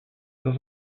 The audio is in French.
dans